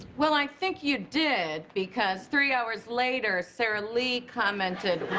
well, i think you did. because three hours later, sara lee commented,